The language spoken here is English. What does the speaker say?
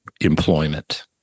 employment